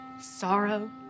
sorrow